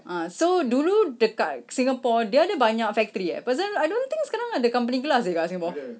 ah so dulu dekat singapore dia ada banyak factory eh pasal I don't think sekarang ada company glass dekat singapore